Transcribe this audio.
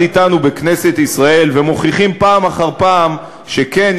אתנו בכנסת ישראל ומוכיחים פעם אחר פעם שכן,